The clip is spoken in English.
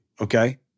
okay